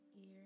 ear